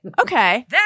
Okay